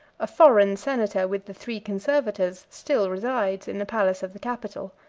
a foreign senator, with the three conservators, still resides in the palace of the capitol.